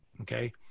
Okay